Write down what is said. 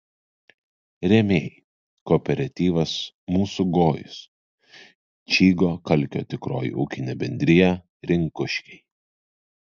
rėmėjai kooperatyvas mūsų gojus čygo kalkio tikroji ūkinė bendrija rinkuškiai